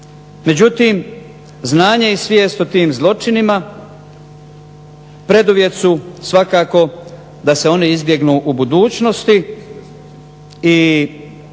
Međutim, znanje i svijest o tim zločinima preduvjet su svakako da se one izbjegnu u budućnosti i